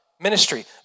ministry